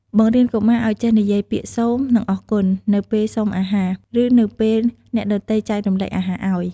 បង្រៀនកុមារឲ្យចេះនិយាយពាក្យ "សូម" និង "អរគុណ" នៅពេលសុំអាហារ ឬនៅពេលអ្នកដទៃចែករំលែកអាហារឲ្យ។